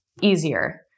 easier